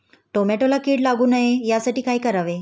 टोमॅटोला कीड लागू नये यासाठी काय करावे?